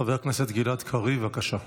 חבר הכנסת גלעד קריב, בבקשה.